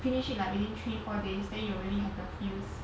finish it like within three four days then you really have the feels